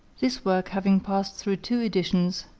this work having passed through two editions,